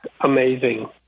amazing